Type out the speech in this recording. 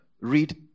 read